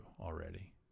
already